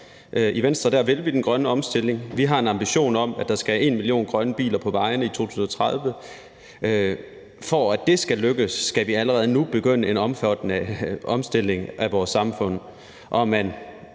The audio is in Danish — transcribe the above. I Venstre vil vi den grønne omstilling. Vi har en ambition om, at der skal en million grønne biler på vejene i 2030. For at det skal lykkes, skal vi allerede nu begynde en omfattende omstilling af vores samfund.